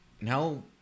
now